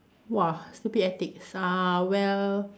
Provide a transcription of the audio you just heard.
!wah! stupid antics uh well